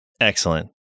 Excellent